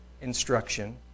instruction